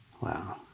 Wow